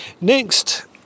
Next